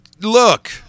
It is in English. look